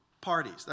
parties